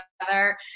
together